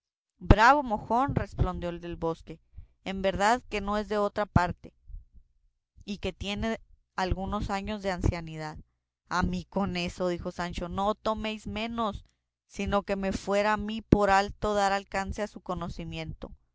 bravo mojón respondió el del bosque en verdad que no es de otra parte y que tiene algunos años de ancianidad a mí con eso dijo sancho no toméis menos sino que se me fuera a mí por alto dar alcance a su conocimiento